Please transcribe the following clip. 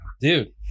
Dude